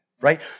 right